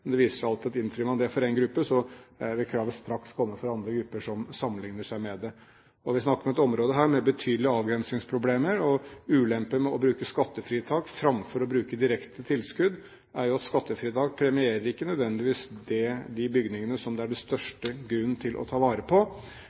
det viser seg alltid at innfrir man det for én gruppe, vil kravet straks komme fra andre grupper som sammenlikner seg med det. Vi snakker om et område her med betydelige avgrensningsproblemer, og ulempen med å bruke skattefritak framfor å bruke direkte tilskudd er at skattefritak ikke nødvendigvis premierer de bygningene som det er størst grunn til å ta vare på,